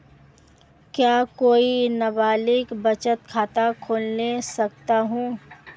क्या कोई नाबालिग बचत खाता खोल सकता है?